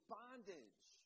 bondage